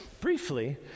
briefly